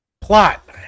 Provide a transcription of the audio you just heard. Plot